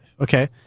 Okay